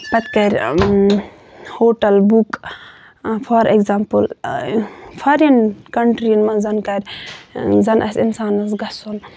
پَتہٕ کرِ hotel book for example فارِنۍ کَنٹریٖزَن منٛز زن کرِ زَن آسہِ اِنسانَس گژھُن